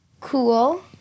cool